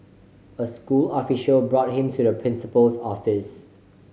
a school official brought him to the principal's office